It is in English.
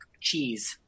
cheese